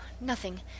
nothing